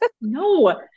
No